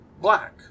black